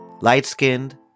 light-skinned